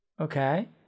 Okay